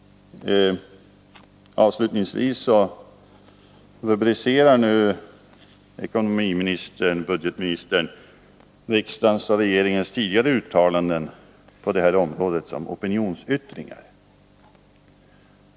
Avslutningsvis rubricerar ekonomioch budgetministern riksdagens och regeringens tidigare uttalanden på det här området som opinionsyttringar.